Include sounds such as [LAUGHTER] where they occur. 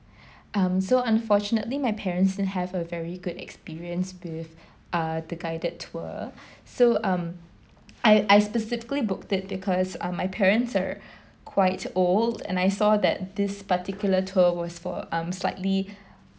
[BREATH] um so unfortunately my parents didn't have a very good experience with uh the guided tour so um I I specifically booked it because uh my parents are quite old and I saw that this particular tour was for um slightly